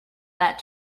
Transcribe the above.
that